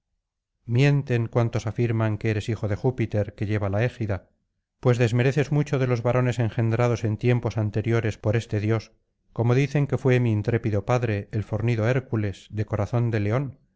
mienten cuantos afirman que eres hijo de júpiter que lleva la égida pues desmereces mucho de los varones engendrados en tiempos anteriores por este dios como dicen que fué mi intrépido padre el fornido hércules de corazón de león